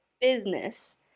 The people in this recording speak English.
business